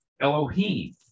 Elohim